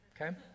okay